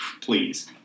Please